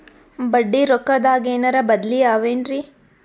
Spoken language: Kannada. ಬಡ್ಡಿ ರೊಕ್ಕದಾಗೇನರ ಬದ್ಲೀ ಅವೇನ್ರಿ?